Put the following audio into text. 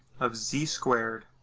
of z squared